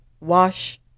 wash